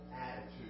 attitude